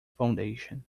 foundation